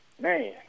man